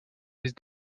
les